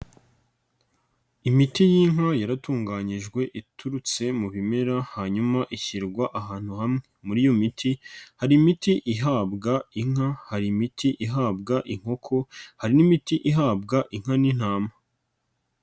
Imiti y'inka yaratunganyijwe iturutse mu bimera hanyuma ishyirwa ahantu hamwe, muri iyo miti hari imiti ihabwa inka, hari imiti ihabwa inkoko, hari n'imiti ihabwa inka n'intama.